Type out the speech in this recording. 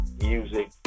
Music